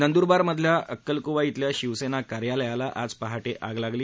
नंद्रबारमधल्या अक्कलकुवा इथल्या शिवसेना कार्यालयाला आज पहाटे आग लागली